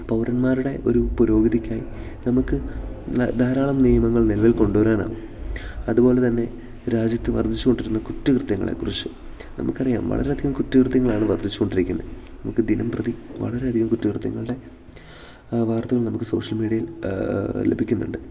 പൗരന്മാരുടെ ഒരു പുരോഗിതിക്കായി നമുക്ക് ധാരാളം നിയമങ്ങൾ നിലവിൽ കൊണ്ടുവരാനാവും അതുപോലെ തന്നെ രാജ്യത്ത് വർദ്ധിച്ചു കൊണ്ടിരുന്ന കുറ്റ കൃത്യങ്ങളെക്കുറിച്ചും നമുക്ക് അറിയാം വളരെ അധികം കുറ്റകൃത്യങ്ങളാണ് വർദ്ധിച്ചു കൊണ്ടിരിക്കുന്നത് നമുക്ക് ദിനംപ്രതി വളരെ അധികം കുറ്റകൃത്യങ്ങളുടെ വാർത്തകൾ നമുക്ക് സോഷ്യൽ മീഡിയയിൽ ലഭിക്കുന്നുണ്ട്